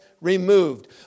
removed